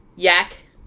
Yak